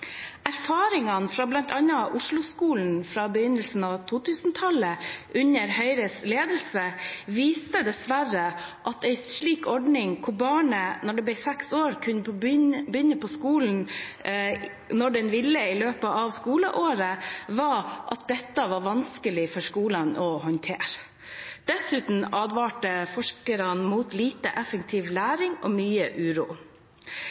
Erfaringene fra bl.a. Oslo-skolen fra begynnelsen av 2000-tallet under Høyres ledelse viste dessverre at en slik ordning, der barnet, når det ble 6 år, kunne begynne på skolen når man ville i løpet av skoleåret, var vanskelig å håndtere for skolene. Dessuten advarte forskerne mot lite effektiv læring og mye uro.